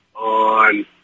On